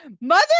Mother